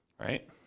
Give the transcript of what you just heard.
right